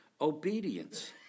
obedience